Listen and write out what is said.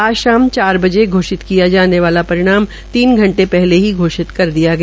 आज शाम चार बजे घोषित किया जाने वाला परिणाम तीन घंटे पहले घोषित कर दिया गया